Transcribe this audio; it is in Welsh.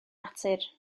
natur